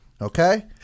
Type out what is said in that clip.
okay